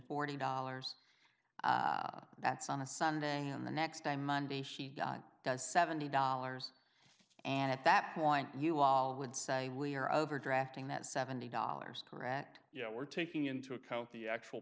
forty dollars that's on a sunday and the next day monday she does seventy dollars and at that point you all would say we are over drafting that seventy dollars correct you know we're taking into account the actual